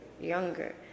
younger